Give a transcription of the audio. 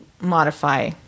modify